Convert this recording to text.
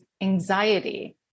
anxiety